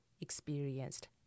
experienced